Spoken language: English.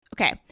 Okay